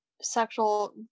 sexual